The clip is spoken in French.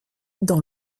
dans